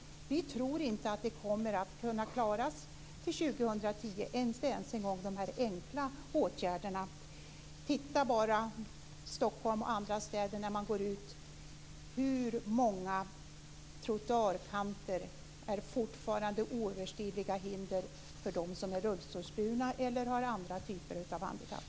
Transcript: Vi tror inte att det kommer att kunna klaras till 2010, inte ens de enkla åtgärderna. Titta bara när ni går ut i Stockholm och andra städer hur många trottoarkanter som fortfarande är oöverstigliga hinder för dem som är rullstolsburna eller har andra typer av handikapp!